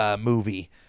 movie